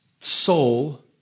soul